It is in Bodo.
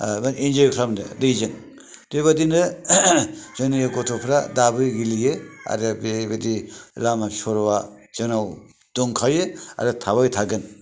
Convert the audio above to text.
आरो इनजय खालामनो दैजों बेबायदिनो जोंनि गथ'फ्रा दाबो गेलेयो आरो बेबायदि लामा सर'आ जोंनाव दंखायो आरो थाबाय थागोन